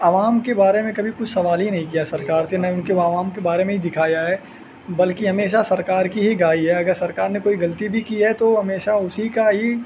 عوام کے بارے میں کبھی کچھ سوال ہی نہیں کیا سرکار سے نہ ان کے وہ عوام کے بارے میں ہی دکھایا ہے بلکہ ہمیشہ سرکار کی ہی گائی ہے اگر سرکار نے کوئی غلطی بھی کی ہے تو ہمیشہ اسی کا ہی